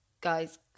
guys